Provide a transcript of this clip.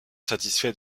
satisfait